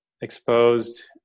exposed